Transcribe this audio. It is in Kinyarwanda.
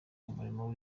umurimo